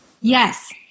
Yes